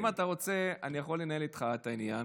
אם אתה רוצה, אני יכול לנהל איתך דיון בעניין.